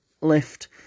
lift